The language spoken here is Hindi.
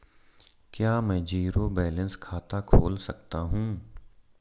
क्या मैं ज़ीरो बैलेंस खाता खोल सकता हूँ?